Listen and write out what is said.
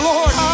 Lord